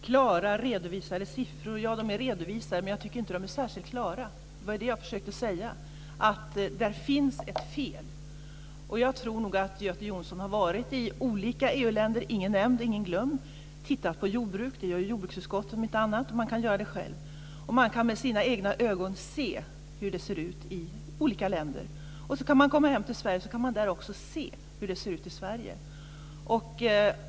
Herr talman! "Klara redovisade siffror" - ja, de är redovisade, men jag tycker inte att de är särskilt klara. Det var det jag försökte säga. Det finns ett fel. Jag tror nog att Göte Jonsson har varit i olika EU länder, inget nämnt och inget glömt, och tittat på jordbruk. Det gör ju jordbruksutskottet om inte annat. Man kan också göra det själv, och man kan med sina egna ögon se hur det ser ut i olika länder. Och sedan kan man komma hem till Sverige och också här se hur det ser ut.